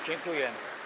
Dziękuję.